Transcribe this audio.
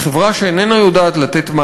כי חברה שאיננה יודעת לתת מענה,